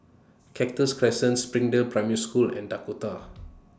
Cactus Crescent Springdale Primary School and Dakota